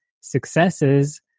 successes